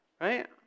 Right